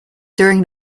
during